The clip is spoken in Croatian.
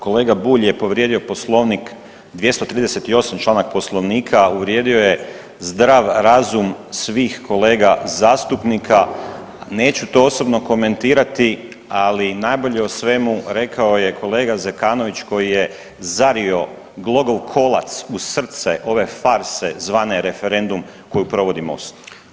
Kolega Bulj je povrijedio poslovnik 238. članak poslovnika, uvrijedio je zdrav razum svih kolega zastupnika, neću to osobno komentirati, ali najbolje o svemu rekao je kolega Zekanović koji je zario glogov kolac u srce ove farse zvane referendum koju provodi Most.